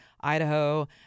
Idaho